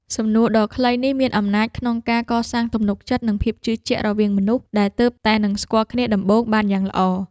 សំណួរដ៏ខ្លីនេះមានអំណាចក្នុងការកសាងទំនុកចិត្តនិងភាពជឿជាក់រវាងមនុស្សដែលទើបតែនឹងស្គាល់គ្នាដំបូងបានយ៉ាងល្អ។